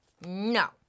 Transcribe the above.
No